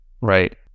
right